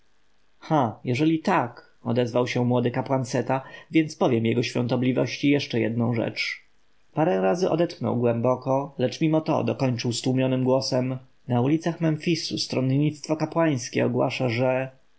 ha jeżeli tak odezwał się młody kapłan seta więc powiem jego świątobliwości jeszcze jedną rzecz parę razy odetchnął głęboko lecz mimo to dokończył stłumionym głosem na ulicach memfisu stronnictwo kapłańskie ogłasza że